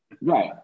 Right